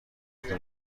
تان